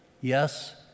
Yes